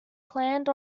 planned